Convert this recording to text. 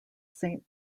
saint